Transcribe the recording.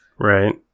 right